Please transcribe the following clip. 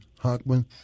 Hockman